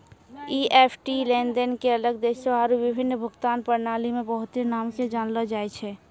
EFT लेनदेन के अलग देशो आरु विभिन्न भुगतान प्रणाली मे बहुते नाम से जानलो जाय छै